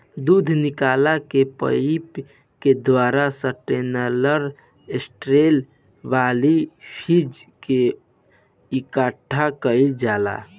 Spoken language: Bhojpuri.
दूध निकल के पाइप के द्वारा स्टेनलेस स्टील वाला फ्रिज में इकठ्ठा कईल जाला